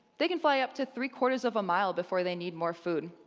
they can fly up to three quarters of a mile before they need more food.